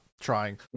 trying